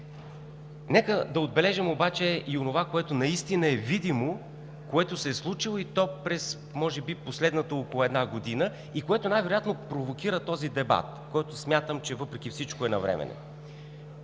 Нека да отбележим обаче и онова, което наистина е видимо, което се е случило, то може би през последната около една година и най-вероятно провокира този дебат, който смятам, че въпреки всичко е навременен.